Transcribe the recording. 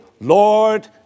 Lord